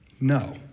No